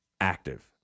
active